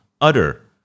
utter